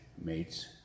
mates